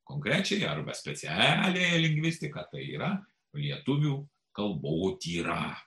konkrečiąją arba specialiąją lingvistiką tai yra lietuvių kalbotyrą